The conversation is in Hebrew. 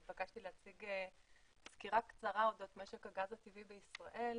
התבקשתי להציג סקירה קצרה אודות משק הגז הטבעי בישראל,